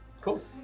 cool